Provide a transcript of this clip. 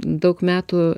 daug metų